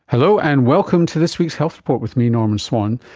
hello, and welcome to this week's health report with me, norman swan.